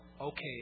okay